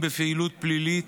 הכניסה הבלתי-חוקית,